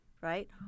right